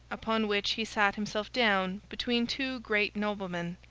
upon which he sat himself down between two great noblemen,